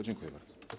Dziękuję bardzo.